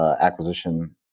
acquisition